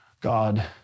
God